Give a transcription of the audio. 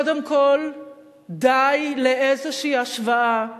קודם כול, די לאיזושהי השוואה,